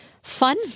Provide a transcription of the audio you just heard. fun